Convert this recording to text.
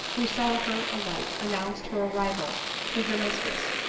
who saw her alight, announced her arrival to her mistress,